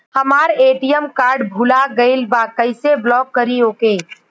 हमार ATM card भूला गईल बा कईसे ब्लॉक करी ओके?